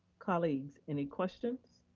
colleagues, any questions?